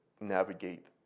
navigate